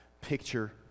picture